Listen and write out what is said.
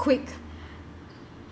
quick